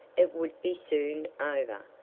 it would be soon over,